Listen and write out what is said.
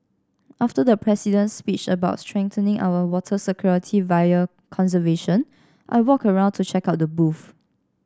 after the president's speech about strengthening our water security via conservation I walked around to check out the booths